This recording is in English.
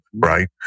right